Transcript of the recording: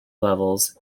levels